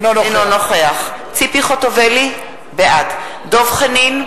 נוכח ציפי חוטובלי, בעד דב חנין,